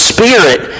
Spirit